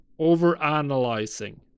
Overanalyzing